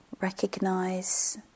recognize